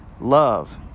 love